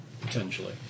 Potentially